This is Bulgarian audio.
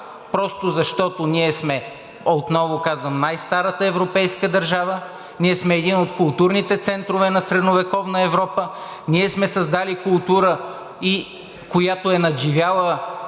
просто защото ние сме, отново казвам, най-старата европейска държава, ние сме един от културните центрове на средновековна Европа. Ние сме създали култура, която е надживяла